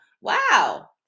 wow